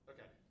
Okay